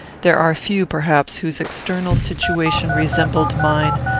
there are few, perhaps, whose external situation resembled mine,